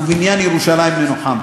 ובבניין ירושלים ננוחם.